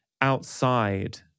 outside